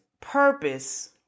purpose